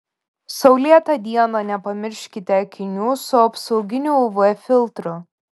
saulėtą dieną nepamirškite akinių su apsauginiu uv filtru